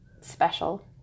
special